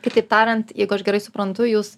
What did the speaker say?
kitaip tariant jeigu aš gerai suprantu jūs